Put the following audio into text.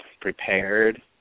prepared